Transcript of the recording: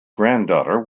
granddaughter